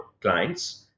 clients